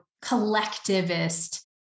collectivist